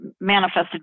manifested